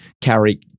carry